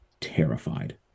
terrified